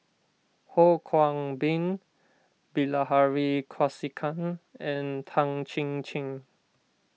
Ho Kwon Ping Bilahari Kausikan and Tan Chin Chin